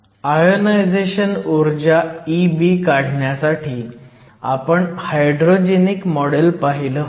ionisation ऊर्जा Eb काढण्यासाठी आपण हायड्रोजेनिक मॉडेल पाहिलं होतं